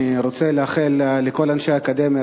אני רוצה לאחל לכל אנשי האקדמיה,